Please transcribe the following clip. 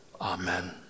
Amen